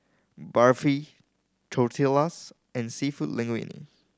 Barfi Tortillas and Seafood Linguine